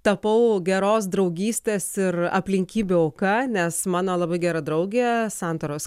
tapau geros draugystės ir aplinkybių auka nes mano labai gera draugė santaros